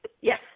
Yes